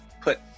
put